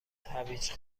هویج